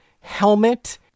helmet